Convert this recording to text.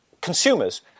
consumers